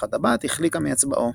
אך הטבעת החליקה מאצבעו.